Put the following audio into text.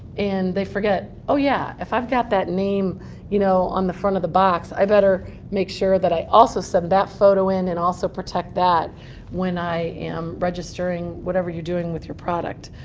and they forget, oh, yeah, if i've got that name you know on the front of the box, i better make sure that i also send that photo in and also protect that when i am registering whatever you're doing with your product.